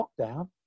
lockdown